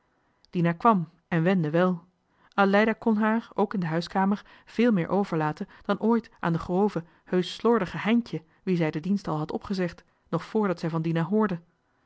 kwam en wende wel aleida kon haar ook in de huiskamer veel meer overlaten dan ooit aan de grove heusch slordige heintje wie zij den dienst johan de meester de zonde in het deftige dorp al had opgezegd nog voordat zij van dina hoorde